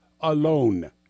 alone